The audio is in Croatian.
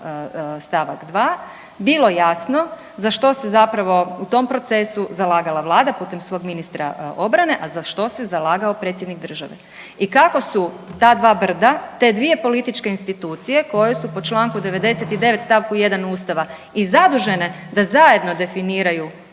st. 2 bilo jasno za što se zapravo u tom procesu zalagala Vlada putem svog ministra obrane, a za što se zalagao predsjednik države i kako su ta dva brda, te dvije političke institucije koje su po čl. 99 st. 1 Ustava i zadužene da zajedno definiraju